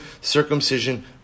circumcision